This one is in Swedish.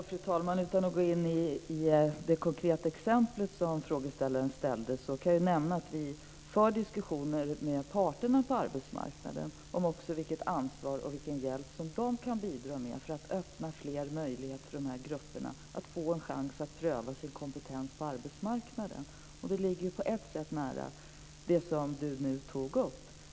Fru talman! Utan att gå in på det konkreta exempel frågeställaren nämnde, kan jag säga att vi för diskussioner med parterna på arbetsmarknaden om vilket ansvar och vilken hjälp de kan bidra med för att öppna fler möjligheter för dessa grupper att få en chans att pröva sin kompetens på arbetsmarknaden. Då ligger det Maria Larsson nämnde nära.